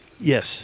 Yes